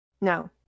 No